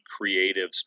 creative